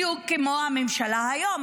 בדיוק כמו הממשלה היום.